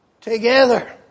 together